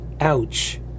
ouch